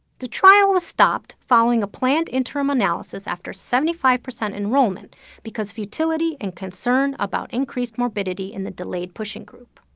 the trial was stopped following a planned interim analysis after seventy five percent enrollment because futility and concern about increased morbidity in the delayed pushing group.